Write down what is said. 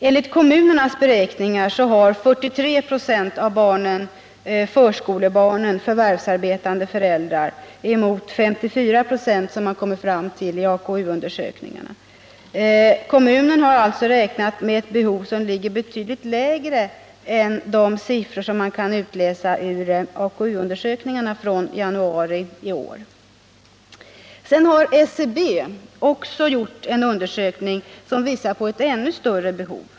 Enligt kommunernas beräkningar har 43 26 av förskolebarnen förvärvsarbetande föräldrar mot 54 26 som man kommit fram till i AKU. Kommunerna har alltså räknat med ett behov som ligger betydligt lägre än de siffror som man kan utläsa ur AKU från januari i år. SCB har också gjort en undersökning som visar på ett ännu större behov.